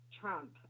Trump